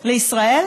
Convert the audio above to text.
לישראל